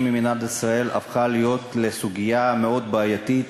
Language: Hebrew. ממדינת ישראל הפכה לסוגיה מאוד בעייתית.